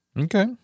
Okay